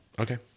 Okay